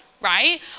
right